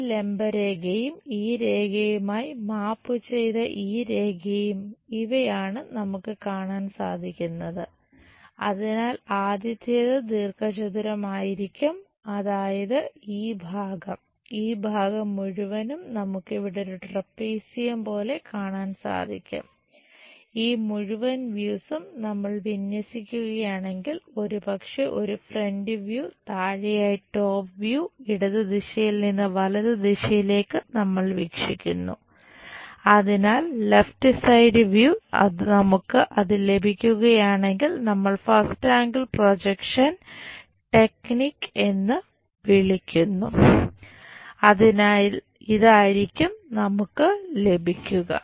ഈ ലംബ രേഖയും ഈ രേഖയുമായി മാപ്പു എന്ന് വിളിക്കുന്നു അതിനാൽ ഇതായിരിക്കും നമുക്ക് ലഭിക്കുക